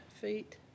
feet